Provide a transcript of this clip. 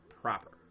proper